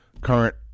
current